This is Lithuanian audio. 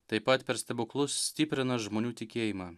taip pat per stebuklus stiprina žmonių tikėjimą